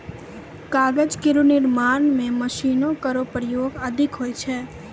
कागज केरो निर्माण म मशीनो केरो प्रयोग अधिक होय छै